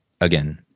again